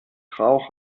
rauch